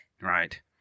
Right